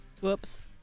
Whoops